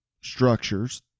structures